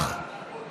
מגוחך